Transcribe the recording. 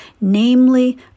namely